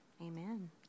Amen